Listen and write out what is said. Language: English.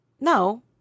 No